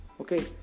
okay